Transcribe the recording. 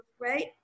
right